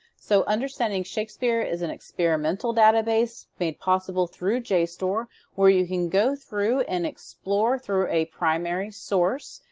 so understanding shakespeare is an experimental database made possible through jstor where you can go through and explore through a primary source.